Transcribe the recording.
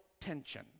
tension